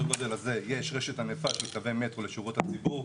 גודל הזה יש רשת ענפה של קווי מטרו לשירות הציבור,